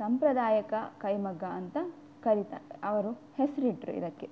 ಸಾಂಪ್ರದಾಯಕ ಕೈಮಗ್ಗ ಅಂತ ಕರಿತಾರೆ ಅವರು ಹೆಸರಿಟ್ರು ಇದಕ್ಕೆ